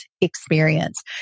experience